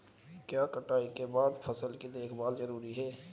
क्या कटाई के बाद फसल की देखभाल जरूरी है?